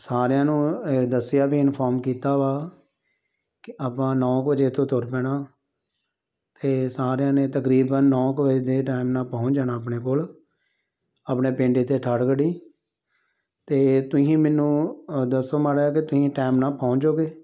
ਸਾਰਿਆਂ ਨੂੰ ਦੱਸਿਆ ਵੀ ਇਨਫੋਰਮ ਕੀਤਾ ਵਾ ਕਿ ਆਪਾਂ ਨੌ ਕੁ ਵਜੇ ਇੱਥੋਂ ਤੁਰ ਪੈਣਾ ਅਤੇ ਸਾਰਿਆਂ ਨੇ ਤਕਰੀਬਨ ਨੌ ਕੁ ਵਜੇ ਦੇ ਟਾਈਮ ਨਾਲ਼ ਪਹੁੰਚ ਜਾਣਾ ਆਪਣੇ ਕੋਲ ਆਪਣੇ ਪਿੰਡ ਇੱਥੇ ਠਾਠਗੜ੍ਹ ਹੀ ਅਤੇ ਤੁਸੀਂ ਮੈਨੂੰ ਦੱਸੋ ਮਾੜਾ ਜਾ ਕਿ ਤੁਸੀਂ ਟਾਈਮ ਨਾਲ਼ ਪਹੁੰਚਜੋਗੇ